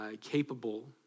capable